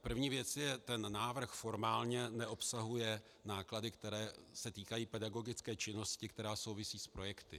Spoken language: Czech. První věc je ten návrh formálně neobsahuje náklady, které se týkají pedagogické činnosti, která souvisí s projekty.